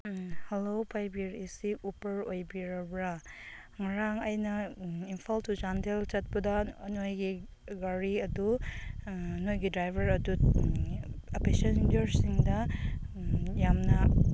hello ꯄꯥꯏꯕꯤꯔꯛꯏꯁꯤ ꯎꯕꯔ ꯑꯣꯏꯕꯤꯔꯕ꯭ꯔꯥ ꯉꯔꯥꯡ ꯑꯩꯅ ꯏꯝꯐꯥꯜ ꯇꯨ ꯆꯥꯟꯗꯦꯜ ꯆꯠꯄꯗ ꯅꯣꯏꯒꯤ ꯒꯥꯔꯤ ꯑꯗꯨ ꯅꯣꯏꯒꯤ ꯗ꯭ꯔꯥꯏꯕꯔ ꯑꯗꯨ ꯄꯦꯁꯦꯟꯖꯔꯁꯤꯡꯗ ꯌꯥꯝꯅ